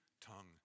tongue